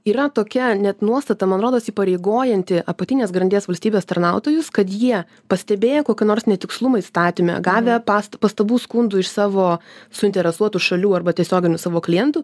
yra tokia net nuostata man rodos įpareigojanti apatinės grandies valstybės tarnautojus kad jie pastebėję kokį nors netikslumą įstatyme gavę past pastabų skundų iš savo suinteresuotų šalių arba tiesioginių savo klientų